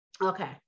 Okay